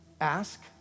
ask